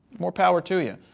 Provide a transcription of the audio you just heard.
more power to you.